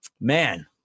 Man